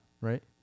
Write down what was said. right